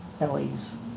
Ellie's